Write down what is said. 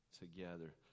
together